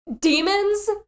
Demons